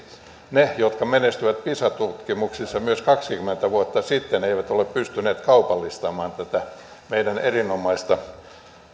ne jotka menestyivät pisa tutkimuksissa myös kaksikymmentä vuotta sitten eivät ole pystyneet kaupallistamaan tätä meidän erinomaista